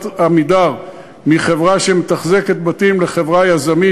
"עמידר" מחברה שמתחזקת בתים לחברה יזמית.